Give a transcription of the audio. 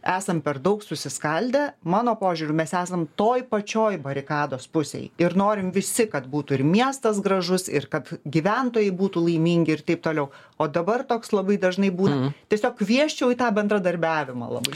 esam per daug susiskaldę mano požiūriu mes esam toj pačioj barikados pusėj ir norim visi kad būtų ir miestas gražus ir kad gyventojai būtų laimingi ir taip toliau o dabar toks labai dažnai būna tiesiog kviesčiau į tą bendradarbiavimą labai